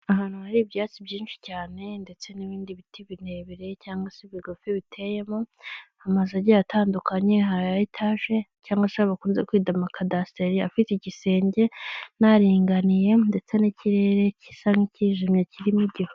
Ahantu hari ibyatsi byinshi cyane, ndetse n'ibindi biti birebire, cyangwa se bigufi biteyemo, amazu agiye atandukanye, hari aya etage, cyangwa se bakunze kwita amakadasiteri, afite igisenge n'aringaniye, ndetse n'ikirere gisa n'icyijimye kirimo igihu.